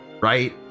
right